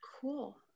Cool